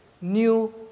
New